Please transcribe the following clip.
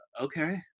okay